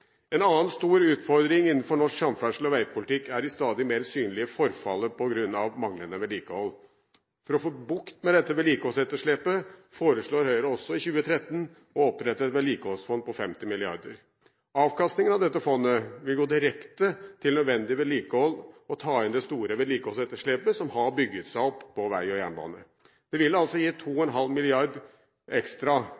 En annen stor utfordring innenfor norsk samferdsel og veipolitikk er det stadig mer synlige forfallet på grunn av manglende vedlikehold. For å få bukt med dette vedlikeholdsetterslepet foreslår Høyre også for 2013 å opprette et vedlikeholdsfond på 50 mrd. kr. Avkastningen fra dette fondet vil gå direkte til nødvendig vedlikehold og ta inn det store vedlikeholdsetterslepet som har bygget seg opp på vei og jernbane. Det ville gitt 2,5 mrd. kr ekstra både i 2013 og